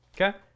Okay